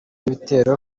ibitero